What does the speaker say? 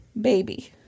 baby